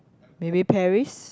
maybe Paris